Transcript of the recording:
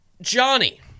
Johnny